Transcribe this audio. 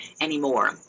anymore